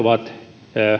ovat